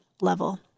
level